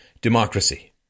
democracy